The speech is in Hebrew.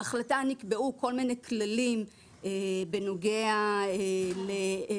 בהחלטה נקבעו כל מיני כללים בנוגע לתנאים,